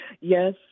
Yes